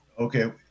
Okay